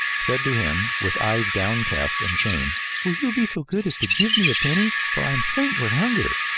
said to him with eyes downcast in shame will you be so good as to give me a penny, for i am faint with hunger?